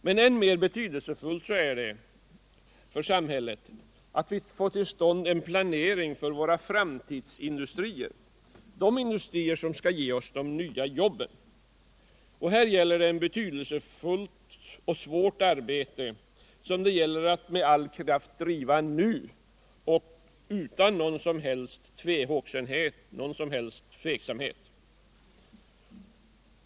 Men än betydelsefullare är det för samhället att få till stånd en planering för våra framtidsindustrier, de industrier som skall ge oss de nya jobben. Här är det fråga om ett betydelsefullt och svårt arbete, som det gäller att med all kraft driva nu utan någon som helst tveksamhet.